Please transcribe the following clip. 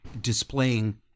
displaying